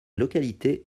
localité